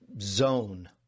zone